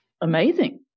Amazing